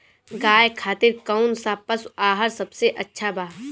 गाय खातिर कउन सा पशु आहार सबसे अच्छा बा?